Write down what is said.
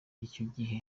igihe